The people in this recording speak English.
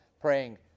praying